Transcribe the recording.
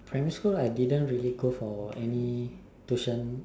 primary school I didn't really go for any tuition